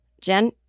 Jen